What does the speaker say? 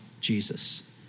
Jesus